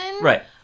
Right